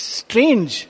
strange